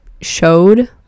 showed